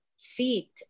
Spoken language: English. feet